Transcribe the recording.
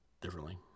differently